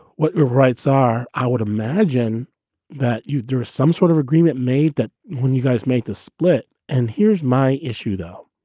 what your rights are. i would imagine that you there are some sort of agreement made that when you guys made the split. and here's my issue, though.